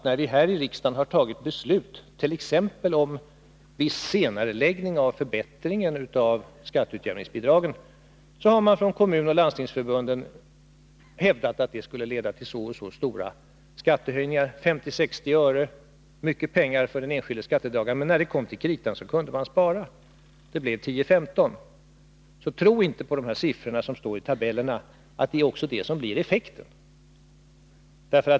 När vi i riksdagen har fattat beslut om t.ex. viss senareläggning av förbättringen av skatteutjämningsbidrager har kommunoch landstingsförbunden hävdat att det skulle leda till skattehöjningar med 50-60 öre. Men när det kom till kritan kunde man spara — det blev 10-15 öre i stället. Tro därför inte att de siffror som står i tabellerna också anger effekten.